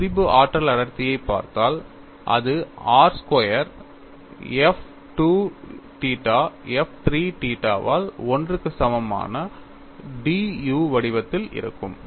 நான் திரிபு ஆற்றல் அடர்த்தியைப் பார்த்தால் அது r square f 2 theta f 3 theta வால் 1 க்கு சமமான dU வடிவத்தில் இருக்கும்